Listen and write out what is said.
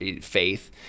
faith